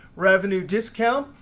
revenue discount,